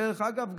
דרך אגב,